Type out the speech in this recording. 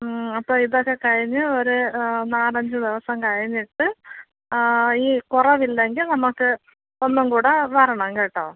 അപ്പോൾ ഇതൊക്കെ കഴിഞ്ഞ് ഒരു നാലഞ്ച് ദിവസം കഴിഞ്ഞിട്ട് ഈ കുറവ് ഇല്ലെങ്കിൽ നമുക്ക് ഒന്നും കൂടി വരണം കേട്ടോ